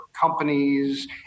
companies